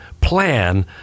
plan